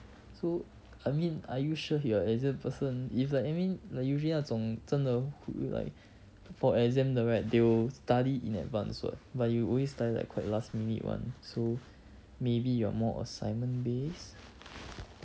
so I mean are you sure you are exam person if like I mean like usually 那种真的 for exam 的 right they will study in advance [what] but you always study like quite last minute [one] so maybe you are more assignment based